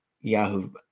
Yahoo